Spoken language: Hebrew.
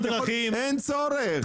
אין צורך.